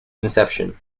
inception